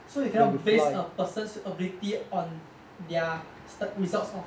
so you cannot base a person's ability on their st~ results